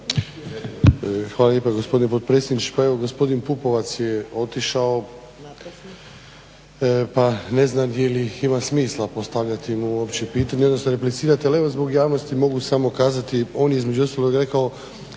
Hvala lijepa gospodine potpredsjedniče. Pa evo gospodin Pupovac je otišao pa ne znam je li ima smisla postavljati mu opće pitanja odnosno replicirati, ali evo zbog javnosti mogu samo kazati, on je između ostalog rekao